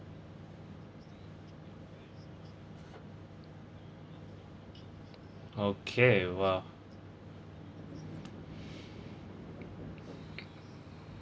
okay !wah!